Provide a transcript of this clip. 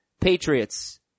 Patriots